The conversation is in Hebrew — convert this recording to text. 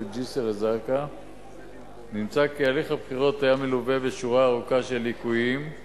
ג'סר-א-זרקא נמצא כי הליך הבחירות היה מלווה בשורה ארוכה של ליקויים,